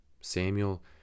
Samuel